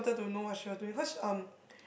wanted to know what she was doing cause um